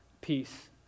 peace